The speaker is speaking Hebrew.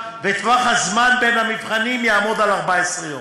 וטווח הזמן בין המבחנים יהיה 14 יום.